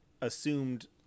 assumed